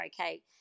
okay